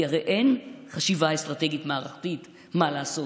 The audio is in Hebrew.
כי הרי אין חשיבה אסטרטגית מערכתית מה לעשות.